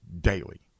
daily